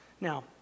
Now